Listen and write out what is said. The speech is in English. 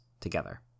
together